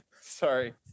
sorry